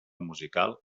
musical